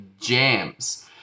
jams